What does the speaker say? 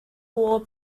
wall